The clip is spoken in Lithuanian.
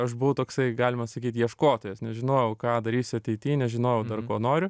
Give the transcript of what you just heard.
aš buvau toksai galima sakyt ieškotojas nežinojau ką darysiu ateity nežinojau dar ko noriu